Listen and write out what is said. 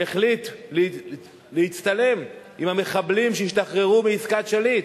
שהחליט להצטלם עם המחבלים שהשתחררו בעסקת שליט.